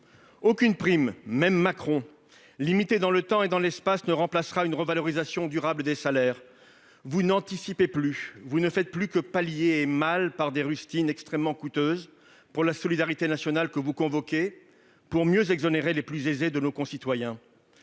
Aucune prime, même dite « Macron », limitée dans le temps et dans l'espace, ne remplacera une revalorisation durable des salaires. Vous n'anticipez plus. Vous ne faites plus que corriger, et mal, au moyen de rustines extrêmement coûteuses pour la solidarité nationale, que vous convoquez pour mieux exonérer les plus aisés de nos concitoyens.